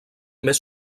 més